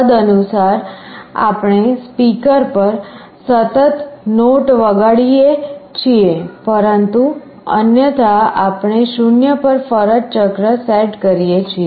તદનુસાર આપણે સ્પીકર પર સતત નોટ વગાડીએ છીએ પરંતુ અન્યથા આપણે 0 પર ફરજ ચક્ર સેટ કરીએ છીએ